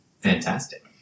Fantastic